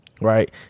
Right